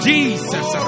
Jesus